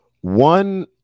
one